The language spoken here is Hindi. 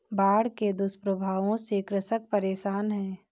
बाढ़ के दुष्प्रभावों से कृषक परेशान है